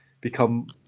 become